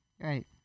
Right